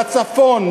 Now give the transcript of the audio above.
לצפון,